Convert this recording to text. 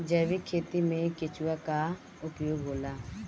जैविक खेती मे केचुआ का उपयोग होला?